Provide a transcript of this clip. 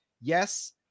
yes